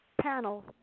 Panel